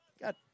got